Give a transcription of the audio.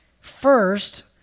First